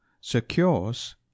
secures